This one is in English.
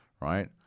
right